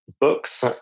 books